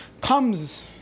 Comes